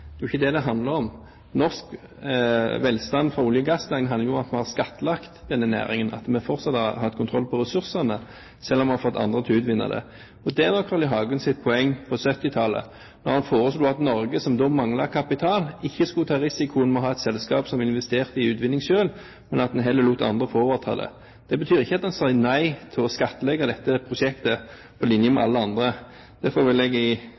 Det er jo ikke det det handler om. Norsk velstand fra olje- og gassnæringen handler om at man har skattlagt denne næringen, at vi fortsatt har kontroll på ressursene, selv om vi har fått andre til å utvinne dem. Det var jo Carl I. Hagens poeng på 1970-tallet, da han foreslo at Norge, som da manglet kapital, ikke skulle ta risikoen med å ha et selskap som investerte i utvinning selv, men at andre heller fikk overta det. Det betyr ikke at man sier nei til å skattlegge dette prosjektet på linje med alle andre. Derfor vil jeg i